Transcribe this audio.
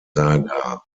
saga